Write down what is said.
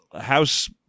house